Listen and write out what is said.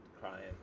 crying